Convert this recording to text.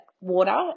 water